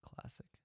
Classic